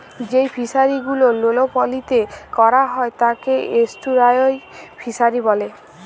যেই ফিশারি গুলো লোলা পালিতে ক্যরা হ্যয় তাকে এস্টুয়ারই ফিসারী ব্যলে